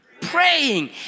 praying